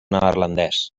neerlandès